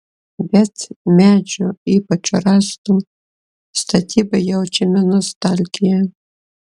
bet medžio ypač rąstų statybai jaučiame nostalgiją